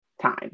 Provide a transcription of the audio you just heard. time